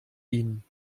dienen